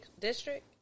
district